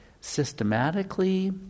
systematically